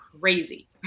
crazy